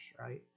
right